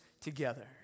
together